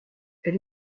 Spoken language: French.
elle